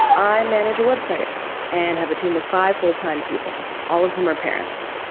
i manage a web site and have a team of five full time people, all of whom are parents.